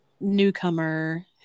newcomer